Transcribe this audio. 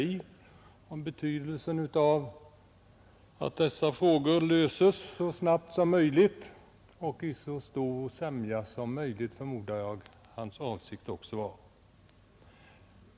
Det gällde betydelsen av att dessa frågor löses så snabbt som möjligt och i så stor sämja som möjligt, förmodar jag att han menade också.